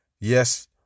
Yes